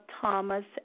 Thomas